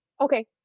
Okay